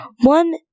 One